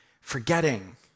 Forgetting